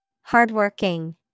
Hardworking